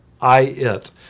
I-it